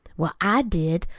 well, i did.